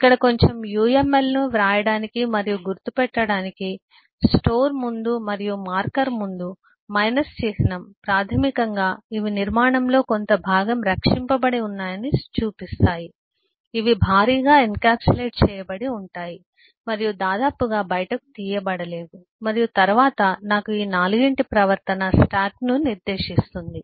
ఇక్కడ కొంచెం uml ను వ్రాయడానికి మరియు గుర్తు పెట్టడానికి స్టోర్ ముందు మరియు మార్కర్ ముందు మైనస్ చిహ్నం ప్రాథమికంగా ఇవి నిర్మాణంలో కొంత భాగం రక్షింపబడి ఉన్నాయని చూపిస్తాయి ఇవి భారీగా ఎన్క్యాప్సులేట్ చేయబడి ఉంటాయి మరియు దాదాపుగా బయటకు తీయబడలేవు మరియు తరువాత నాకు ఈ నాలుగింటి ప్రవర్తన స్టాక్ను నిర్దేశిస్తుంది